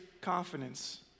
confidence